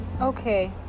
okay